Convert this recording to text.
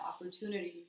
opportunities